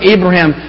Abraham